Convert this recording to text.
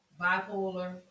Bipolar